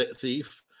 thief